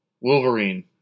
Wolverine